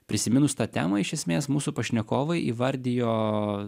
prisiminus tą temą iš esmės mūsų pašnekovai įvardijo